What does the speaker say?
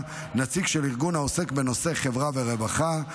נציג של ארגון העוסק בנושא חברה ורווחה,